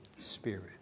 Spirit